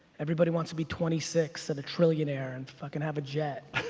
everybody want's to be twenty six and a trillionaire and fucking have a jet.